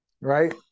right